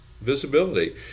Visibility